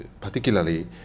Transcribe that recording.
Particularly